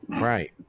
Right